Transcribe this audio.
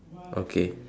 okay